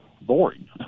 boring